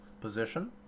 position